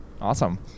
Awesome